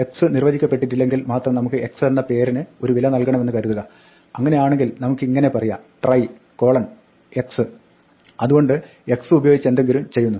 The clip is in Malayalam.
x നിർവ്വചിക്കപ്പെട്ടില്ലെങ്കിൽ മാത്രം നമുക്ക് x എന്ന പേരിന് ഒരു വില നൽകണമെന്ന് കരുതുക അങ്ങിനെയാണെങ്കിൽ നമുക്ക് ഇങ്ങിനെ പറയാം try x അതുകൊണ്ട് ഇത് x ഉപയോഗിച്ച് എന്തെങ്കിലും ചെയ്യുന്നു